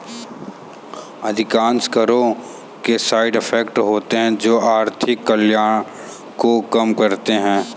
अधिकांश करों के साइड इफेक्ट होते हैं जो आर्थिक कल्याण को कम करते हैं